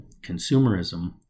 consumerism